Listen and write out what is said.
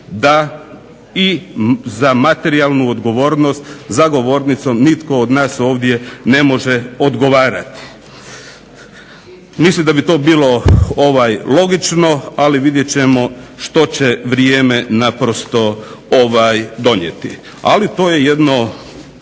da i za materijalnu odgovornost za govornicom nitko od nas ovdje ne može odgovarati. Mislim da bi to bilo logično ali vidjet ćemo što će vrijeme naprosto donijeti. Ali to je jedno